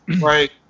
Right